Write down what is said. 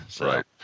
Right